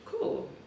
Cool